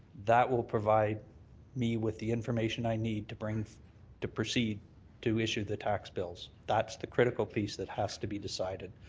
that will provide me with the information i need to bring to proceed to issue the tax bills. that's the critical piece that has to be decided.